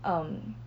um